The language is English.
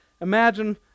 imagine